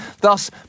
thus